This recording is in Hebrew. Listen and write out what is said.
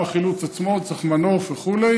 לחילוץ עצמו צריך מנוף וכו',